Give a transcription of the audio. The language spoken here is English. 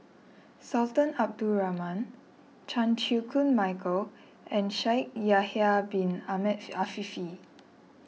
Sultan Abdul Rahman Chan Chew Koon Michael and Shaikh Yahya Bin Ahmed Afifi